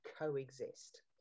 coexist